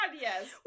yes